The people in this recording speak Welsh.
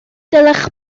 dylech